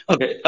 Okay